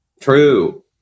True